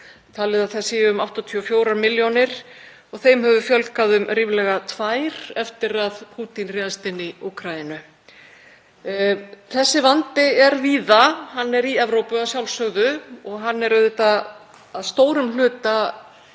að það séu um 84 milljónir og þeim hefur fjölgað um ríflega 2 milljónir eftir að Pútín réðst inn í Úkraínu. Þessi vandi er víða. Hann er í Evrópu, að sjálfsögðu, og hann er auðvitað að stórum hluta